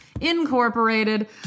Incorporated